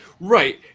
Right